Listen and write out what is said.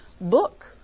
book